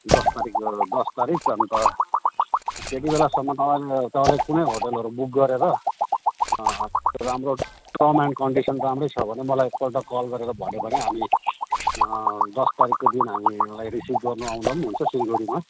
दस तारिक दस तारिक अन्त त्यति बेलासम्ममा तपाईँले कुनै होटलहरू बुक गरेर अँ राम्रो टर्म एन्ड कन्डिसन राम्रै छ भने मलाई एकपल्ट कल गरेर भन्यो भने हामी दस तारिकको दिन हामीलाई रिसिभ गर्नुआउँदा पनि हुन्छ सिलगढीमा